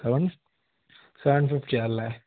seven seven ഫിഫ്റ്റിയാണ് അല്ലേ